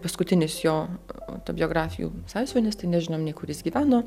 paskutinis jo autobiografijų sąsiuvinis tai nežinom nei kur jis gyveno